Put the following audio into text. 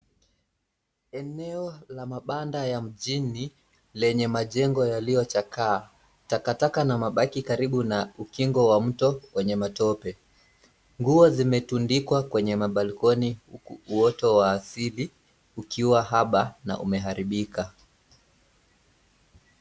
Eneo la mabanda ya mjini lenye majengo yaliyochakaa. Takataka na mabaki karibu na ukingo wa mto wenye matope. Nguo zimetundikwa kwenye mabalkoni huku uoto wa asili ukiwa haba na umeharibika.